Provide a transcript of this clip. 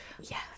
Yes